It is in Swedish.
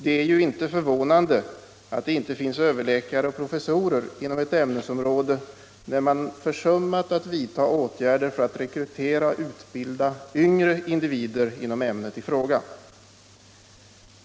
Det är ju inte förvånande att det inte finns överläkare och professorer inom ett ämnesområde om man försummat att vidta åtgärder för att rekrytera och utbilda yngre individer inom ämnet i fråga.